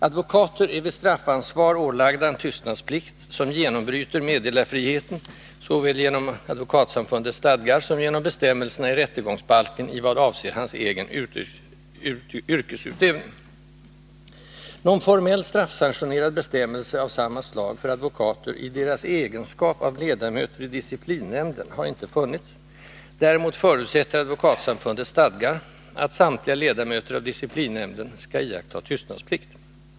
Advokater är vid straffansvar ålagda en tystnadsplikt, som genombryter meddelarfriheten såväl genom advokatsamfundets stadgar som genom bestämmelserna i rättegångsbalken, i vad avser deras egen yrkesutövning. Någon formell straffsanktionerad bestämmelse av samma slag för advokater i deras egenskap av ledamöter i disciplinnämnden har icke funnits; däremot förutsätter advokatsamfundets stadgar att samtliga ledamöter av disciplinnämnden skall iaktta tystnadsplikt.